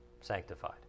sanctified